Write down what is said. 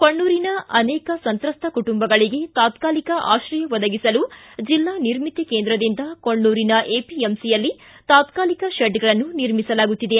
ಕೊಣ್ಣೂರಿನ ಅನೇಕ ಸಂತ್ರಸ್ಥ ಕುಟುಂಬಗಳಿಗೆ ತಾತ್ಕಾಲಿಕ ಆಕ್ರಯ ಒದಗಿಸಲು ಜಿಲ್ಲಾ ನಿರ್ಮಿತಿ ಕೇಂದ್ರದಿಂದ ಕೊಣ್ಣೂರಿನ ಎಪಿಎಂಸಿಯಲ್ಲಿ ತಾತ್ಕಾಲಿಕ ಶೆಡ್ಗಳನ್ನು ನಿರ್ಮಿಸಲಾಗುತ್ತಿದೆ